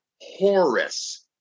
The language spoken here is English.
Horus